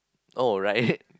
oh right